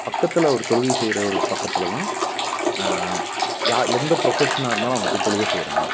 பக்கத்தில் ஒரு தொழுகை செய்கிற ஒரு பக்கத்தில்தான் யா எந்த ப்ரொஃபஷனாக இருந்தாலும் அவங்க போய் தொழுகை செய்கிறாங்க